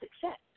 success